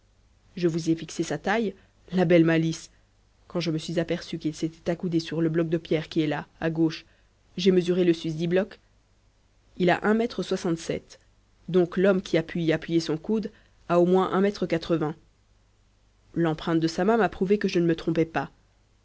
je vous ai fixé sa taille la belle malice quand je me suis aperçu qu'il s'était accoudé sur le bloc de pierre qui est là à gauche j'ai mesuré le susdit bloc il a un mètre soixante-sept donc l'homme qui a pu y appuyer son coude a au moins un mètre quatre-vingts l'empreinte de sa main m'a prouvé que je ne me trompais pas